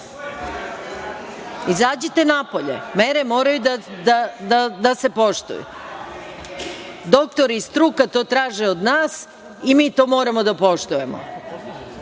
Izađite napolje. Mere moraju da se poštuju. Doktori i struka to traže od nas i mi to moramo da poštujemo.(Saša